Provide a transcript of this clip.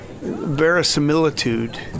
verisimilitude